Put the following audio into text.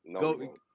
go